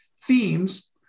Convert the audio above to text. themes